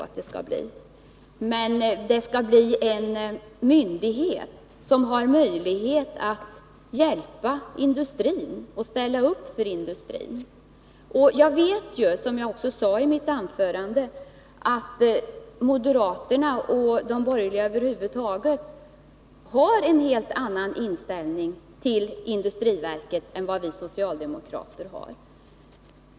Industriverket skall bli en myndighet som har möjlighet att hjälpa industrin och ställa upp för industrin. Jag vet, som jag sade i mitt anförande, att moderaterna och de borgerliga över huvud taget har en helt annan inställning till industriverket än vad vi socialdemokrater har.